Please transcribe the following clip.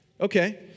Okay